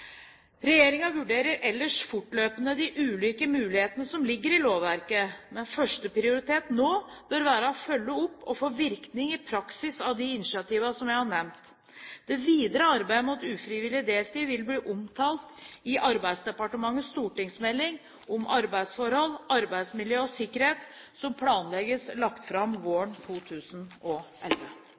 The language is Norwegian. vurderer ellers fortløpende de ulike mulighetene som ligger i lovverket, men førsteprioritet nå bør være å følge opp og få virkning i praksis av de initiativene som jeg har nevnt. Det videre arbeidet mot ufrivillig deltid vil bli omtalt i Arbeidsdepartementets stortingsmelding om arbeidsforhold, arbeidsmiljø og sikkerhet, som planlegges lagt fram våren 2011.